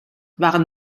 waren